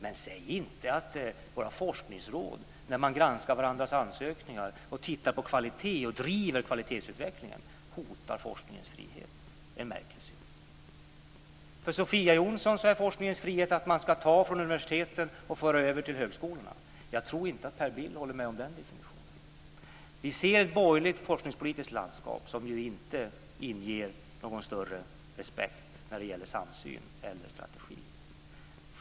Men säg inte att våra forskningsråd när de granskar forskarnas ansökningar, tittar på kvalitet och driver kvalitetsutvecklingen hotar forskningens frihet! Det är en märklig syn. För Sofia Jonsson är forskningens frihet att man ska ta från universiteten och föra över till högskolorna. Jag tror inte att Per Bill håller med om den definitionen. Vi ser ett borgerligt forskningspolitiskt landskap som inte inger någon större respekt vad gäller samsyn eller strategi.